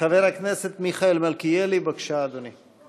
חבר הכנסת מיכאל מלכיאלי, בבקשה, אדוני.